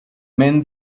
men